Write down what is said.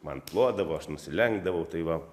man plodavo aš nusilenkdavau tai va